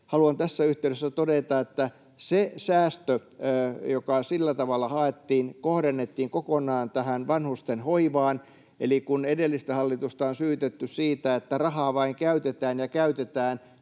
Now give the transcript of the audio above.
Haluan tässä yhteydessä todeta, että se säästö, joka sillä tavalla haettiin, kohdennettiin kokonaan tähän vanhustenhoivaan. Eli kun edellistä hallitusta on syytetty siitä, että rahaa vain käytetään ja käytetään,